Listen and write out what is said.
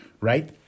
right